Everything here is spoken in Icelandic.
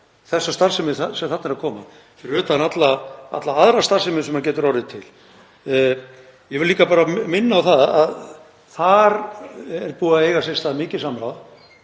þjónustað starfsemina sem þarna er að koma, fyrir utan alla aðra starfsemi sem getur orðið til. Ég vil líka minna á að þar er búið að eiga sér stað mikið samráð